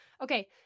Okay